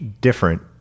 different